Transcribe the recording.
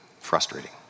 frustrating